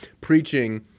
preaching